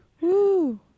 Woo